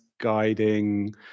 guiding